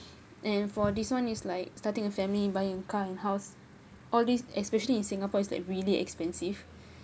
and for this one is like starting a family buying car and house all these especially in singapore is like really expensive